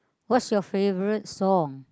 what's your favourite song